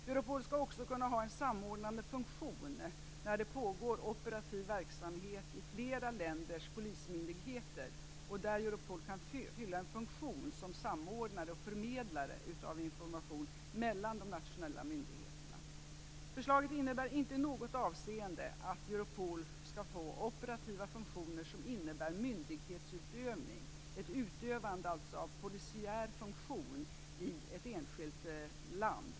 Europol skall också kunna ha en samordnande funktion när det pågår operativ verksamhet i flera länders polismyndigheter, där Europol kan fylla en funktion som samordnare och förmedlare av information mellan de nationella myndigheterna. Förslaget innebär inte i något avseende att Europol skall få operativa funktioner som innebär myndighetsutövning, alltså ett utövande av polisiär funktion i ett enskilt land.